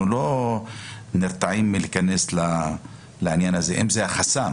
אנחנו לא נרתעים מלהיכנס לעניין הזה, אם זה חסם.